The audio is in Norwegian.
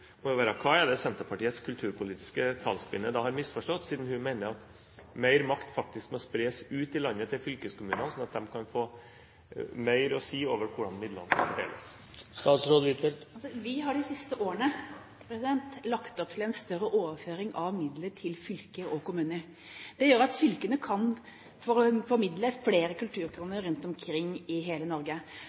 må være: Hva er det Senterpartiets kulturpolitiske talskvinne da har misforstått, siden hun mener at mer makt må spres ut i landet, til fylkeskommunene, slik at de kan få mer å si over hvordan midlene skal fordeles? Vi har de siste årene lagt opp til en større overføring av midler til fylker og kommuner. Det gjør at fylkene kan formidle flere kulturkroner rundt omkring i hele Norge.